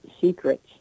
secrets